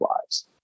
lives